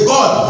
God